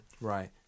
Right